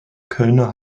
kölner